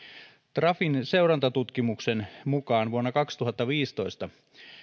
trafin seurantatutkimuksen mukaan vuonna kaksituhattaviisitoista